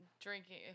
drinking